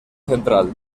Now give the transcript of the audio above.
central